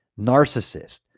Narcissist